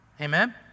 Amen